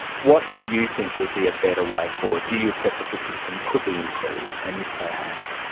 what do you think would be a better way forward? do you accept that the system could be improved and if so, how?